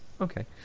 okay